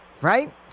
right